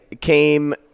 came